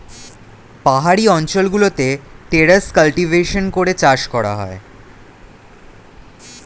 পাহাড়ি অঞ্চল গুলোতে টেরেস কাল্টিভেশন করে চাষ করা হয়